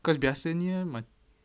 cause biasanya macam